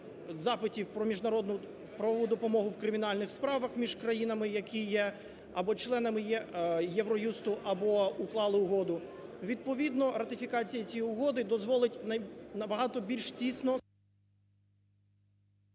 запитів про міжнародну правову допомогу в кримінальних справах між країнами, які є або членами Євроюсту, або уклали угоду. Відповідно ратифікація цієї угоди дозволить набагато більш тісно…